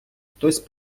хтось